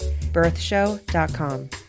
birthshow.com